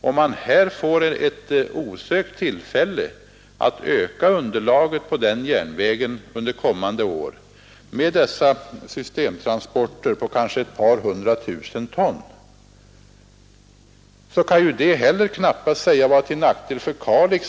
Om man då får ett osökt tillfälle att öka underlaget för den järnvägen under kommande år med dessa systemtransporter på kanske ett par hundra tusen ton, så kan det väl knappast sägas vara till nackdel för Kalix.